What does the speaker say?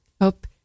hope